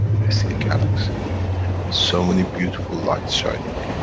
they see a galaxy, with so many beautiful lights shining.